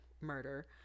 murder